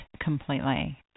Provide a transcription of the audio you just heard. completely